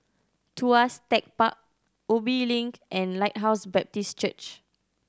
Tuas Tech Park Ubi Link and Lighthouse Baptist Church